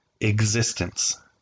existence